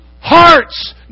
hearts